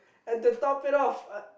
and to top it off